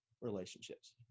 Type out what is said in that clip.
relationships